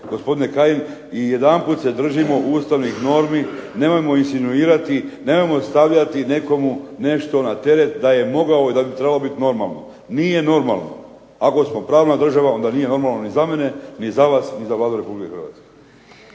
gospodine Kajin i jedanput se držimo ustavnih normi, nemojmo insinuirati, nemojmo stavljati nekomu nešto na teret da je mogao i da bi trebalo biti normalno. Nije normalno ako smo pravna država onda nije normalno ni za mene, ni za vas, ni za Vladu Republike Hrvatske.